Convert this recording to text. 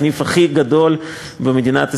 הסניף הכי גדול במדינת ישראל,